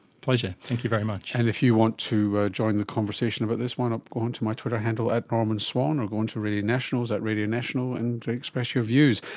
pleasure, thank you very much. and if you want to join the conversation about this one, ah go on to my twitter handle at normanswan, or go on to radio national's at radionational and express your views.